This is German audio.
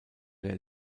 der